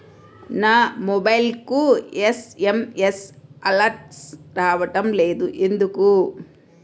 నా మొబైల్కు SMS alerts రావడం లేదు ఎందుకు?